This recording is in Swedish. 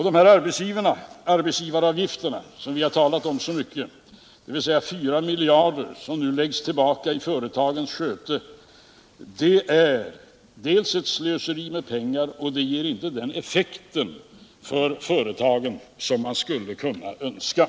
De 4 miljarder i form av reducerade arbetsgivaravgifter som nu läggs i företagens sköte är ett slöseri med pengar och ger inte den effekt för företagen som man skulle kunna önska.